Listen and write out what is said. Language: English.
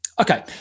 Okay